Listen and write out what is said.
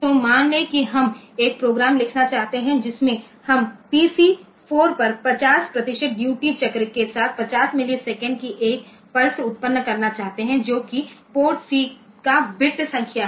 तो मान लें कि हम एक प्रोग्राम लिखना चाहते हैं जिसमें हम पीसी 4 पर 50 प्रतिशत ड्यूटी चक्र के साथ 50 मिलीसेकंड की एक पल्स उत्पन्न करना चाहते हैं जो कि पोर्ट सीका बिट संख्या है